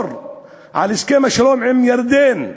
לשמור על הסכם השלום עם ירדן,